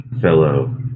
fellow